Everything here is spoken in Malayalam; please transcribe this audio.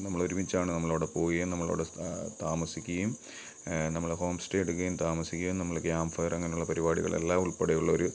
നമ്മളൊരുമിച്ചാണ് നമ്മളവിടെ പോയത് നമ്മളവിടെ താമസിക്കുകയും നമ്മൾ ഹോം സ്റ്റേ എടുക്കുകയും താമസിക്കുകയും നമ്മൾ ക്യാമ്പ് ഫയർ അങ്ങനെയുള്ള പരിപാടികളെല്ലാം ഉൾപ്പടെ ഉള്ളൊരു